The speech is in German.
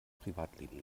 privatleben